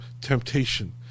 temptation